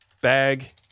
bag